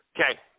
Okay